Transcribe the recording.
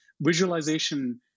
visualization